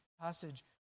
passage